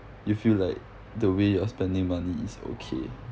you feel like the way you're spending money is okay